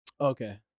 Okay